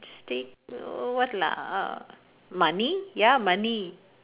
just take oh what lah uh money ya money